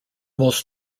most